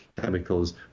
chemicals